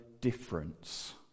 difference